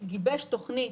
מתחדשות.